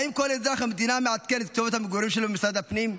האם כל אזרח במדינה מעדכן את כתובת המגורים שלו במשרד הפנים?